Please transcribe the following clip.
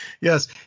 yes